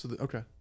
Okay